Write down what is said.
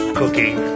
cooking